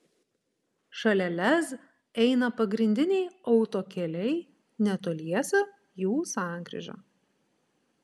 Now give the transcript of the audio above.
šalia lez eina pagrindiniai autokeliai netoliese jų sankryža